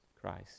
Christ